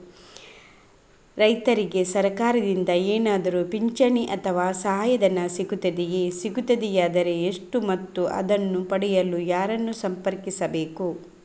ರೈತರಿಗೆ ಸರಕಾರದಿಂದ ಏನಾದರೂ ಪಿಂಚಣಿ ಅಥವಾ ಸಹಾಯಧನ ಸಿಗುತ್ತದೆಯೇ, ಸಿಗುತ್ತದೆಯಾದರೆ ಎಷ್ಟು ಮತ್ತು ಅದನ್ನು ಪಡೆಯಲು ಯಾರನ್ನು ಸಂಪರ್ಕಿಸಬೇಕು?